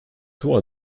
two